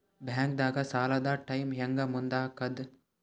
ಬ್ಯಾಂಕ್ದಾಗ ಸಾಲದ ಟೈಮ್ ಹೆಂಗ್ ಮುಂದಾಕದ್?